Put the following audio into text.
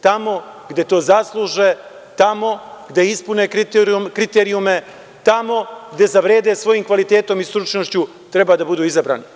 Tamo gde to zasluže, tamo gde ispune kriterijume, tamo gde zavrede svojim kvalitetom i stručnošću treba da budu izabrani.